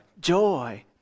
Joy